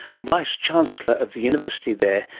vice-chancellor of the university there,